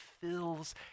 fills